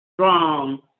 strong